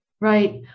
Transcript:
right